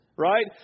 Right